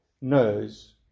Knows